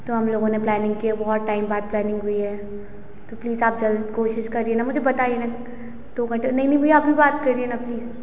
तो हम लोगों ने प्लेनिंग की है बहुत टाइम बाद प्लेनिंग हुई है तो प्लीस आप जल्द कोशिश करिए न मुझे बताइए न तो कट नहीं नहीं भैया अभी बात करिए ना प्लीस